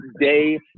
day